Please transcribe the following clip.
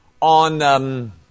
on